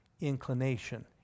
inclination